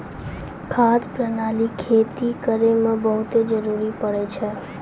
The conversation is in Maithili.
खाद प्रणाली खेती करै म बहुत जरुरी पड़ै छै